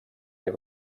they